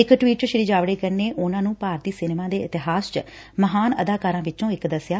ਇਕ ਟਵੀਟ ਚ ਸ੍ਰੀ ਜਾਵਤੇਕਰ ਨੇ ਉਨੂਾ ਨੂੰ ਭਾਰਤੀ ਸਿਨੇਮਾ ਦੇ ਇਤਿਹਾਸ ਚ ਮਹਾਨ ਅਦਾਕਾਰਾਂ ਵਿਚੋ ਇਕ ਦਸਿਆ